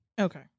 Okay